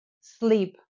sleep